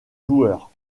joueurs